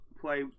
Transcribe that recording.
play